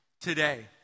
today